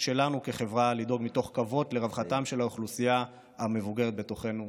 שלנו כחברה לדאוג מתוך כבוד לרווחתה של האוכלוסייה המבוגרת בתוכנו.